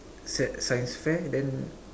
sci~ science fair then